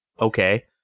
okay